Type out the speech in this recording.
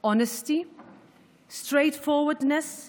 להדגיש כי